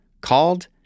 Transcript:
called